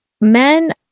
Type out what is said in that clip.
men